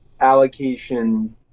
allocation